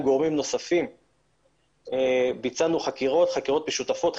גורמים נוספים ביצענו חקירות משותפות.